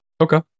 Okay